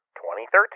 2013